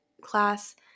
class